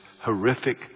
horrific